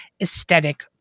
aesthetic